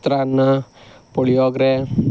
chitranna puliyogare